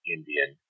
Indian